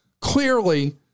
clearly